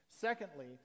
Secondly